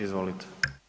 Izvolite.